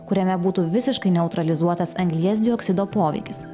kuriame būtų visiškai neutralizuotas anglies dioksido poveikis